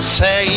say